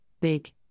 big